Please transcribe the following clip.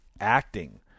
acting